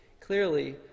Clearly